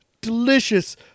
delicious